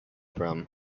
from